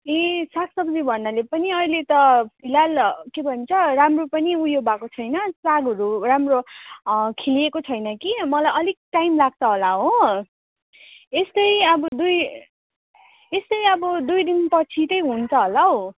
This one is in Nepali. ए साग सब्जी भन्नाले पनि अहिले त फिलहाल के भन्छ राम्रो पनि ऊ यो भएको छैन सागहरू राम्रो खिलेको छैन कि मलाई अलिक टाइम लाग्छ होला हो यस्तै अब दुई यस्तै अब दुई दिनपछि चाहिँ हुन्छ होला हौ